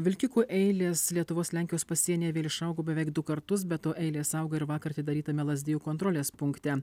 vilkikų eilės lietuvos lenkijos pasienyje vėl išaugo beveik du kartus be to eilės auga ir vakar atidarytame lazdijų kontrolės punkte